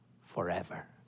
forever